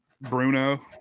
Bruno